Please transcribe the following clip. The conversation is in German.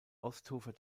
ostufer